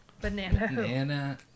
Banana